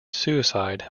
suicide